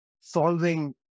solving